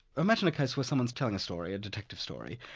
imagine a case where someone's telling a story, a detective story,